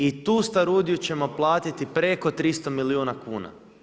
I tu starudiju ćemo platiti preko 300 milijuna kuna.